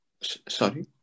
Sorry